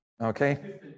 Okay